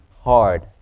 hard